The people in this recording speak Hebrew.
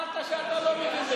אמרת שלא למדת,